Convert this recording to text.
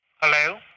Hello